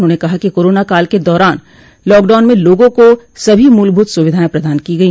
उन्होंने कहा कि कोरोना काल के दौरान लॉकडाउन में लोगों को सभी मूलभुत सुविधाएं प्रदान की गई